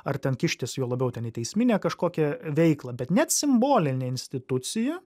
ar ten kištis juo labiau ten į teisminę kažkokią veiklą bet net simbolinė institucija